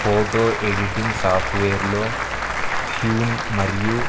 photo editing సాఫ్ట్వేర్లో హ్యూన్ మరియు